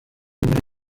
muri